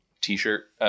t-shirt